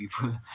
people